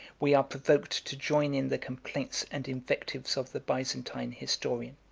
we are provoked to join in the complaints and invectives of the byzantine historian.